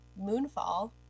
Moonfall